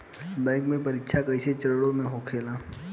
bank के परीक्षा कई चरणों में होखेला